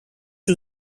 two